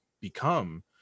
become